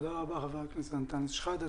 תודה רבה, ח"כ אנטאנס שחאדה.